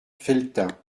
felletin